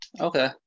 Okay